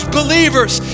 believers